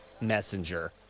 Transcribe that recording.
Messenger